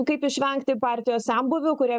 kaip išvengti partijos senbuvių kurie